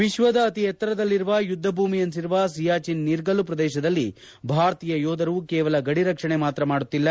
ವಿಶ್ಲದ ಅತಿ ಎತ್ತರದಲ್ಲಿರುವ ಯುದ್ಗಭೂಮಿ ಎನಿಸಿರುವ ಸಿಯಾಚಿನ್ ನೀರ್ಗಲ್ಲು ಪ್ರದೇಶದಲ್ಲಿ ಭಾರತೀಯ ಯೋಧರು ಕೇವಲ ಗಡಿ ರಕ್ಷಣೆ ಮಾತ್ರ ಮಾಡುತ್ತಿಲ್ಲ